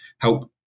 help